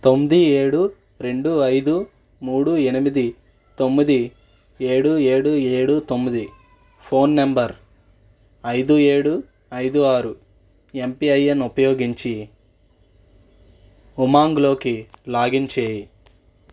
తొమ్మిది ఏడు రెండు ఐదు మూడు ఎనిమిది తొమ్మిది ఏడు ఏడు ఏడు తొమ్మిది ఫోన్ నంబర్ ఐదు ఏడు ఐదు ఆరు యమ్పిఐయన్ ఉపయోగించి ఉమంగ్లోకి లాగిన్ చెయ్యి